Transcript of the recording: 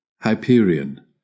Hyperion